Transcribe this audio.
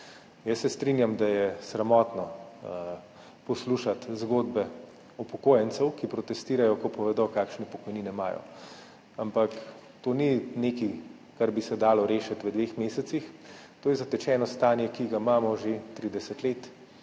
Jaz se strinjam, da je sramotno poslušati zgodbe upokojencev, ki protestirajo, ko povedo, kakšne pokojnine imajo, ampak to ni nekaj, kar bi se dalo rešiti v dveh mesecih. To je zatečeno stanje, ki ga imamo že 30 let.